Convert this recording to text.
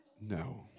No